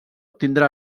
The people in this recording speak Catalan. tindrà